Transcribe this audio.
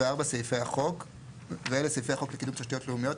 סעיפי החוק 94. ואלה סעיפי החוק לקיום תשתיות לאומיות,